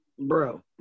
Bro